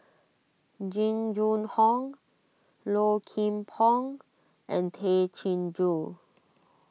Jing Jun Hong Low Kim Pong and Tay Chin Joo